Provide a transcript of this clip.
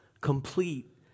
complete